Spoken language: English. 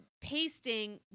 pasting